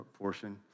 portion